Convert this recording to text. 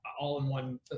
all-in-one